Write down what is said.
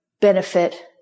benefit